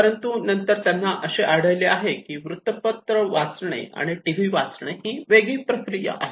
परंतु नंतर त्यांना असे आढळले की वृत्तपत्र वाचने आणि टीव्ही पाहणे वेगळी प्रक्रिया आहे